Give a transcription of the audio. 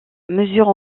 mesure